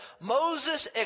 Moses